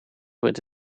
with